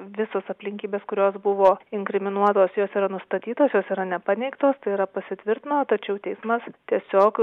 visos aplinkybės kurios buvo inkriminuotos jos yra nustatytos jos yra nepaneigtos tai yra pasitvirtino tačiau teismas tiesiog